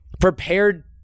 prepared